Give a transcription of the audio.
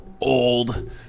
Old